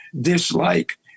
dislike